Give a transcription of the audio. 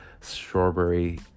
Strawberry